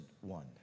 one